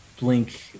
blink